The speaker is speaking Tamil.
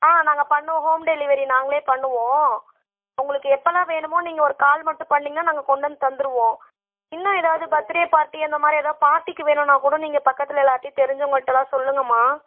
ஆ நாங்கள் பண்ணுவோம் ஹோம் டெலிவரி நாங்களே பண்ணுவோம் உங்களுக்கு எப்போலாம் வேணுமோ நீங்கள் ஒரு கால் மட்டும் பண்ணிங்கன்னா நாங்கள் கொண்டு வந்து தந்துடுவோம் இன்னும் ஏதாவது பர்த்டே பார்ட்டி அந்தமாதிரி ஏதாவது பார்ட்டிக்கு வேணும்னா கூட நீங்கள் பக்கத்தில் எல்லார்ட்டேயும் தெரிஞ்சவங்கள்ட்டலாம் சொல்லுங்கம்மா